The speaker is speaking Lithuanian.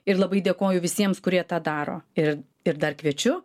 ir labai dėkoju visiems kurie tą daro ir ir dar kviečiu